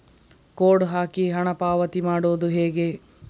Code ಹಾಕಿ ಹಣ ಪಾವತಿ ಮಾಡೋದು ಹೇಗೆ?